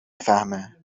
فهمه